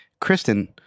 Kristen